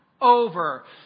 over